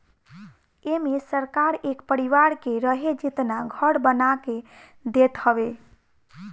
एमे सरकार एक परिवार के रहे जेतना घर बना के देत हवे